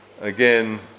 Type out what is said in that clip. Again